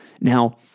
Now